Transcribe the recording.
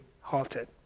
halted